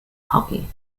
hockey